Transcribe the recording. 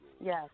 Yes